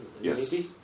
Yes